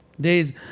days